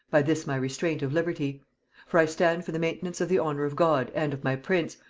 by this my restraint of liberty for i stand for the maintenance of the honor of god and of my prince,